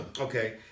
Okay